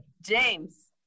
james